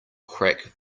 crack